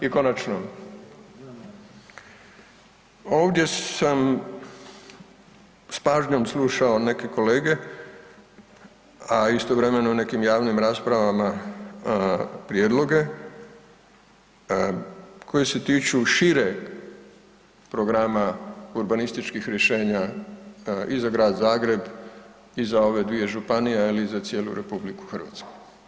I konačno, ovdje sam s pažnjom slušao neke kolege, a istovremeno nekim javnim raspravama prijedloge koji se tiču šire programa urbanističkih rješenja i za grad Zagreb i za ove dvije županije, ali i za cijelu RH.